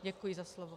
Děkuji za slovo.